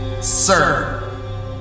Sir